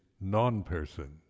non-person